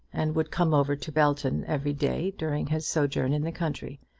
and would come over to belton every day during his sojourn in the country.